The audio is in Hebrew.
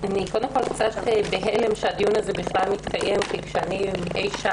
אני קצת בהלם שהדיון הזה בכלל מתקיים כי כשאני אי-שם